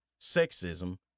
sexism